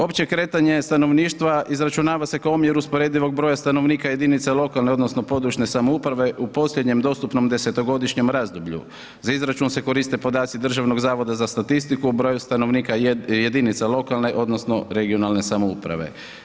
Opće kretanje stanovništva izračunava se kao omjer usporedivog broja stanovnika jedinice lokalne odnosno područne samouprave u posljednjem dostupnom desetogodišnjem razdoblju, za izračun se koriste podaci Državnog zavoda za statistiku o broju stanovnika jedinica lokalne odnosno regionalne samouprave.